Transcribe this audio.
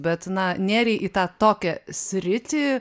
bet na nėrei į tą tokią sritį